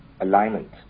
alignment